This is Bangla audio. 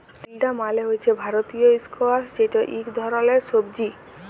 তিলডা মালে হছে ভারতীয় ইস্কয়াশ যেট ইক ধরলের সবজি